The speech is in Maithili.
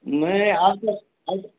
नहि